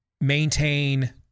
maintain